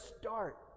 start